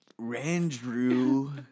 Randrew